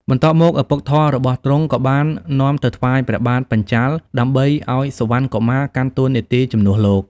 បន្ទាប់មក ឪពុកធម៌របស់ទ្រង់ក៏បាននាំទៅថ្វាយព្រះបាទបញ្ចាល៍ ដើម្បីឱ្យសុវណ្ណកុមារកាន់តួនាទីជំនួសលោក។